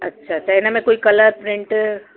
अच्छा त हिन में कोई कलर प्रिंट